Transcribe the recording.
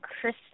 Chris